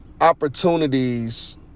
opportunities